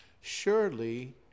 Surely